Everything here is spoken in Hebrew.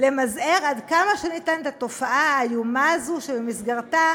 למזער עד כמה שאפשר את התופעה האיומה הזאת שבמסגרתה